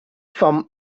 from